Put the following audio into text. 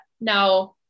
now